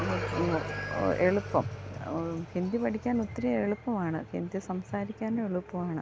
ഇനി ഇന്ന് എളുപ്പം നമുക്ക് ഹിന്ദി പഠിക്കാനൊത്തിരി എളുപ്പമാണ് ഹിന്ദി സംസാരിക്കാനും എളുപ്പമാണ്